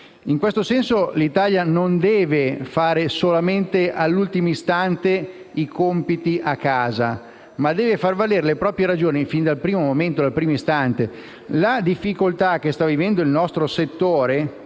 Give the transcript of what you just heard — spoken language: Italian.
In tal senso l'Italia non deve fare solamente all'ultimo istante i compiti a casa, ma deve far valere le proprie ragioni fin dal primo momento. La difficoltà che sta vivendo il nostro settore